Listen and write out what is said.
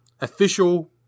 official